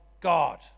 God